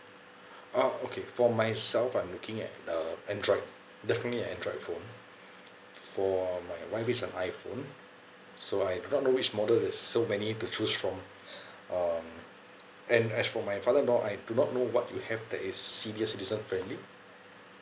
uh okay for myself I'm looking at the android definitely android phone for my wife it's an iphone so I do not know which model is so many to choose from um and as for my father-in-law I do not know what you have that is senior citizen friendly